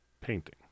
painting